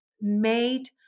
made